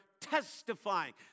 testifying